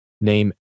name